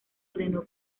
ordenó